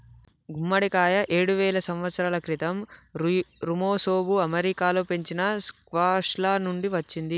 గుమ్మడికాయ ఏడువేల సంవత్సరాల క్రితం ఋమెసోఋ అమెరికాలో పెంచిన స్క్వాష్ల నుండి వచ్చింది